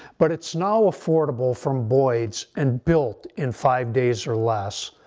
but it's now affordable from boyds and built in five days or less.